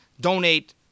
donate